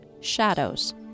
shadows